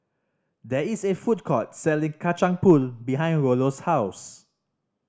there is a food court selling Kacang Pool behind Rollo's house